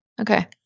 Okay